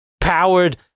powered